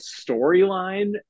storyline